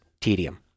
tedium